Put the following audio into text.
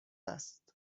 است